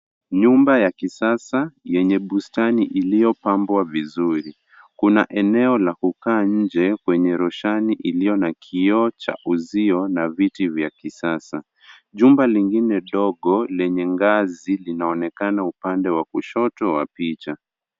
Nyumba ya kisasa yenye bustani iliyopambwa vizuri. Kuna eneo la kukaa nje kwenye rushani iliyo na kioo cha uzio na viti vya kisasa. Jumba lingine dogo lenye ngazi linaonekana upande wa kushoto wa picha.